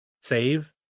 save